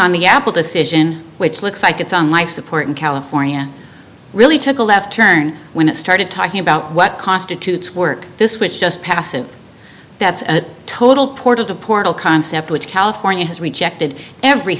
on the apple decision which looks like it's on life support in california really took a left turn when it started talking about what constitutes work this which just passive that's a total portal to portal concept which california has rejected every